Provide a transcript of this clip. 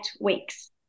weeks